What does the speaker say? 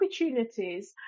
opportunities